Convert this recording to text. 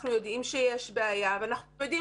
אנחנו יודעים שיש בעיה אבל אנחנו יודעים